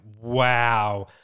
wow